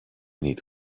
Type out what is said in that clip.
neat